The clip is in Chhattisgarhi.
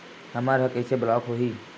हमर ह कइसे ब्लॉक होही?